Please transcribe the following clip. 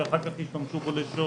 שאחר כך השתמשו בו לשוד,